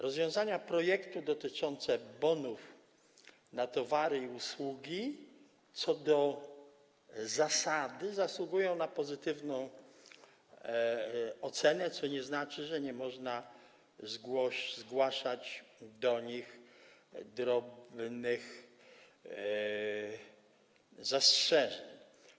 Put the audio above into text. Rozwiązania projektu dotyczące bonów na towary i usługi co do zasady zasługują na pozytywną ocenę, co nie znaczy, że nie można zgłaszać do nich drobnych zastrzeżeń.